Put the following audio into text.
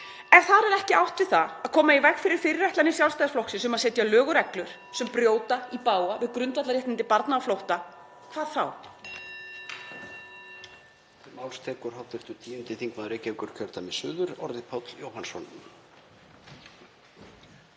Ef þar ekki átt við að koma í veg fyrir fyrirætlanir Sjálfstæðisflokksins um að setja lög og reglur sem brjóta í bága við grundvallarréttindi barna á flótta, hvað þá?